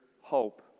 hope